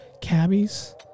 cabbies